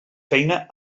feina